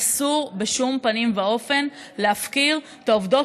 ואסור בשום פנים ואופן להפקיר את העובדות